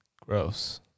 Gross